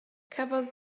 cafodd